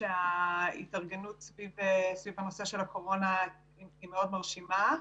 שההתארגנות סביב הנושא של הקורונה היא מאוד מרשימה.